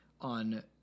on